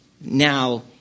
now